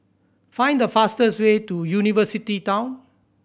find the fastest way to University Town